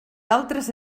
altres